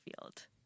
field